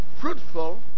fruitful